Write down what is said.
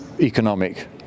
economic